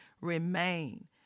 remain